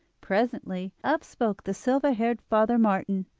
presently up spoke the silver-haired father martin.